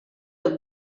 have